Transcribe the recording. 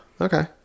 Okay